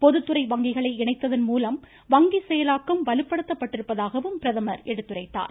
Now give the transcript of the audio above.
பொதுத்துறை வங்கிகளை இணைத்ததன்மூலம் வங்கி செயலாக்கம் வலுப்படுத்தப்பட்டிருப்பதாகவும் பிரதமர் எடுத்துரைத்தார்